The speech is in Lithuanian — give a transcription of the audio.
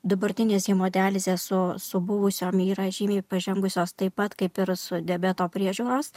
dabartinės hemodializės su su buvusiom yra žymiai pažengusios taip pat kaip ir su diabeto priežiūros